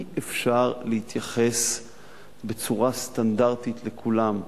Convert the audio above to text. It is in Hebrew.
אי-אפשר להתייחס בצורה סטנדרטית לכולם,